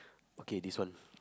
okay this one